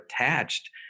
attached